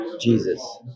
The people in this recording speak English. Jesus